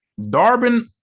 Darbin